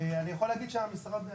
אני יכול להגיד שהמשרד ,